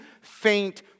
faint